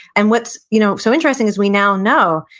and what's you know so interesting is we now know,